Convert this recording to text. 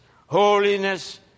holiness